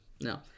No